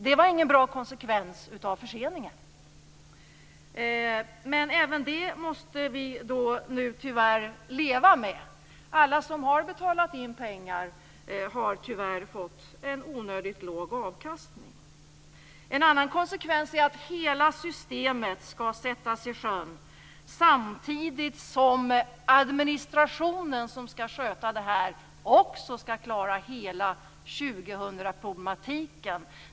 Det var inte någon bra konsekvens av förseningen. Men även det måste vi nu tyvärr leva med. Alla som har betalat in pengar har tyvärr fått en onödigt låg avkastning. En annan konsekvens är att hela systemet skall sättas i sjön samtidigt som administrationen som skall sköta det också skall klara hela 2000-problematiken.